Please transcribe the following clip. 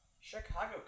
Chicago